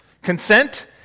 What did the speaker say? Consent